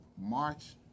March